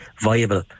viable